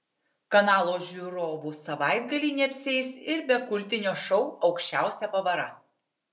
kanalo žiūrovų savaitgaliai neapsieis ir be kultinio šou aukščiausia pavara